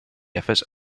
efforts